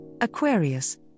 Aquarius